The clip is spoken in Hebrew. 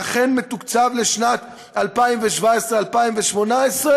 אכן מתוקצבות לשנים 2017 2018?